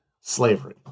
slavery